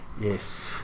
Yes